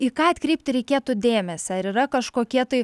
į ką atkreipti reikėtų dėmesį ar yra kažkokie tai